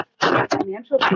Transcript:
financial